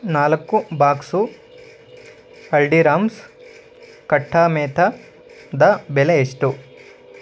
ನಾಲ್ಕು ಬಾಕ್ಸು ಹಲ್ದೀರಾಮ್ಸ್ ಖಟ್ಟಾ ಮೀಠಾ ದ ಬೆಲೆ ಎಷ್ಟು